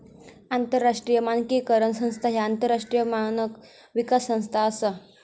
आंतरराष्ट्रीय मानकीकरण संस्था ह्या आंतरराष्ट्रीय मानक विकास संस्था असा